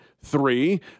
three